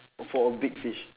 for a big fish